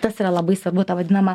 tas yra labai svarbu ta vadinama